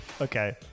Okay